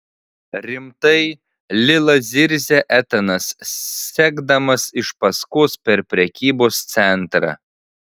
rimtai lila zirzia etanas sekdamas iš paskos per prekybos centrą